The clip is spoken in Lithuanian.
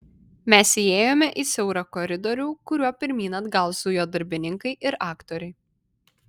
mes įėjome į siaurą koridorių kuriuo pirmyn atgal zujo darbininkai ir aktoriai